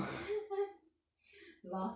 L_O_L